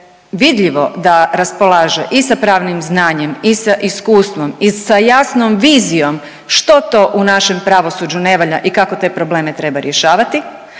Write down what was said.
vidljivo da raspolaže i sa pravnim znanjem i sa iskustvom i sa jasnom vizijom što to u našem pravosuđu ne valja i kako te probleme treba rješavati